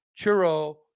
churro